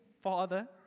father